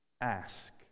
ask